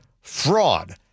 fraud